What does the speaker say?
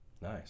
nice